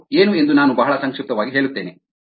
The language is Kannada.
ಅದು ಏನು ಎಂದು ನಾನು ಬಹಳ ಸಂಕ್ಷಿಪ್ತವಾಗಿ ಹೇಳುತ್ತೇನೆ